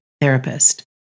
therapist